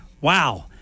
wow